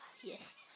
Yes